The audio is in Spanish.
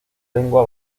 lengua